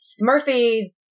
Murphy